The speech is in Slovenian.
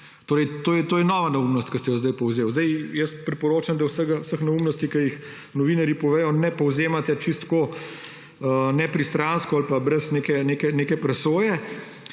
vojske. To je nova neumnost, ki ste jo zdaj povzeli. Priporočam, da vseh neumnosti, ki jih novinarji povedo, ne povzemate čisto tako pristransko ali pa brez neke presoje.